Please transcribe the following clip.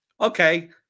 okay